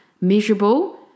miserable